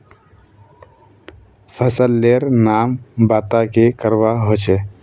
फसल लेर नाम बता की करवा होचे?